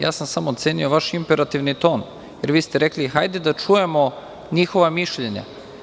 Ja sam samo ocenio vaš imperativni ton, jer vi ste rekli – hajde da čujemo njihova mišljenja.